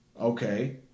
okay